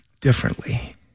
differently